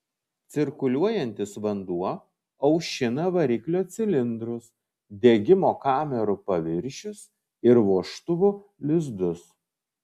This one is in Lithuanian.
cirkuliuojantis vanduo aušina variklio cilindrus degimo kamerų paviršius ir vožtuvų lizdus